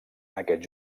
aquest